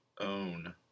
own